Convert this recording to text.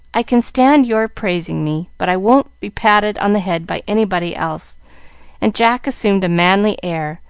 i can stand your praising me, but i won't be patted on the head by anybody else and jack assumed a manly air,